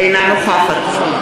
אינה נוכחת בעד.